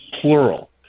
plural